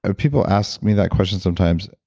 ah people ask me that question sometimes.